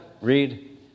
Read